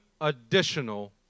additional